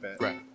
Right